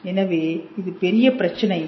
எனவே இது பெரிய பிரச்சனைகள்